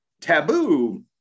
Taboo